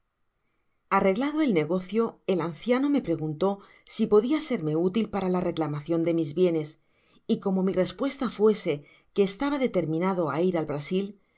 arreglado el negocio el anciano me pregunté si podia serme útil para la reclamacion de mis bienes y como mi respuesta fuese que estaba determinado á ir al brasil me